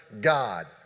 God